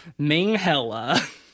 Minghella